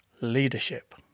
leadership